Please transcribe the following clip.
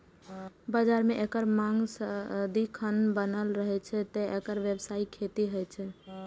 बाजार मे एकर मांग सदिखन बनल रहै छै, तें एकर व्यावसायिक खेती होइ छै